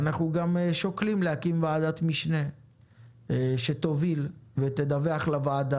אנחנו גם שוקלים להקים ועדת משנה שתוביל ותדווח לוועדה